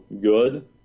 good